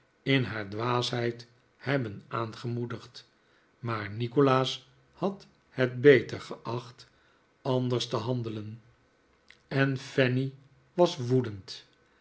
in haar dwaasheid hebben aangemoedigd maar nikolaas had het beter geacht anders te handelen en fanny was woedend